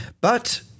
But-